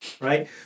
right